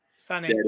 Funny